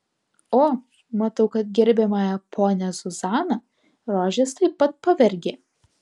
o matau kad gerbiamąją ponią zuzaną rožės taip pat pavergė